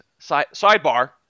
sidebar